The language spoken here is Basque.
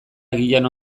agian